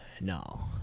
No